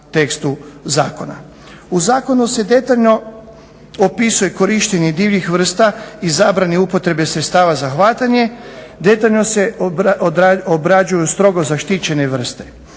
U zakonu se detaljno opisuje korištenje divljih vrsta i zabrani upotrebe sredstava za hvatanje, detaljno se obrađuju strogo zaštićene vrste.